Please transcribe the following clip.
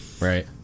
Right